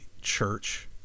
church